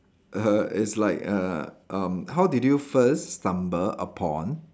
it's like uh um how did you first stumble upon